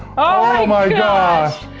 oh my gosh!